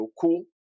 Cool